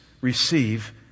receive